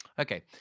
Okay